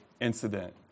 incident